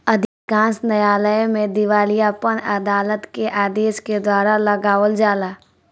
अधिकांश न्यायालय में दिवालियापन अदालत के आदेश के द्वारा लगावल जाला